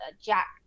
Jack